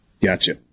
Gotcha